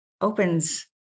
opens